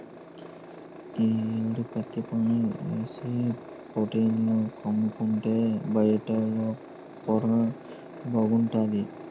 ఈ యేడు పత్తిపంటేసి ఫేట్రీల కమ్ముకుంటే బట్టలేపారం బాగుంటాది